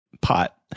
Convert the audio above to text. pot